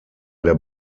der